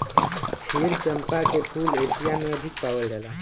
क्षीर चंपा के फूल एशिया में अधिक पावल जाला